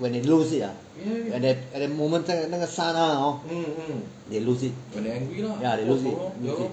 when they lose it ah at that moment 那个刹那 hor they lose it ya they lose it lose it